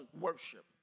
worship